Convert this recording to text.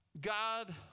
God